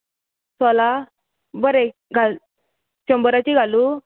बरें घाल शंबराचीं घालूं